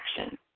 action